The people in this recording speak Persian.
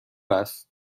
است